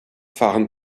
fahren